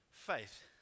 faith